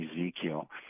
Ezekiel